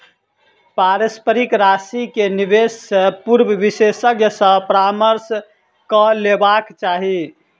पारस्परिक राशि के निवेश से पूर्व विशेषज्ञ सॅ परामर्श कअ लेबाक चाही